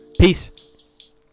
Peace